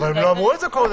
אבל הם לא אמרו את זה קודם.